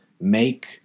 Make